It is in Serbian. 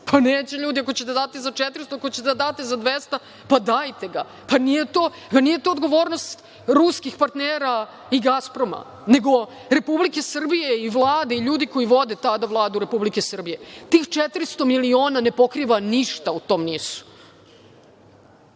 Pa, neće ljudi, ako ćete da date za 400, ako ćete da date za 200, pa dajte ga. Pa, nije to odgovornost ruskih partnera i GASPROM-a, nego Republike Srbije i Vlade i ljudi koji vode tada Vladu Republike Srbije. Tih 400 miliona ne pokriva ništa u tom